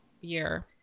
year